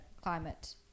climate